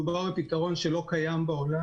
מדובר על פתרון שלא קיים בעולם.